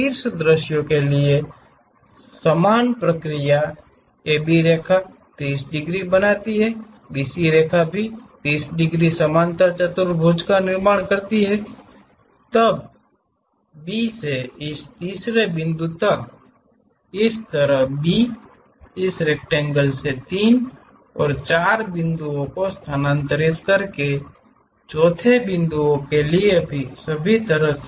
शीर्ष दृश्य के लिए समान प्रक्रिया AB रेखा 30 डिग्री बनाती है BC रेखा 30 डिग्री समांतर चतुर्भुज का निर्माण करती है तब B से इस तीसरे बिंदु तक इसी तरह B इस रेक्टेंगल से 3 और 4 बिंदुओं को स्थानांतरित करके चौथे बिंदु के लिए सभी तरह से